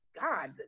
God